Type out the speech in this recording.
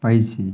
ପାଇଛି